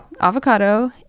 avocado